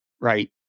Right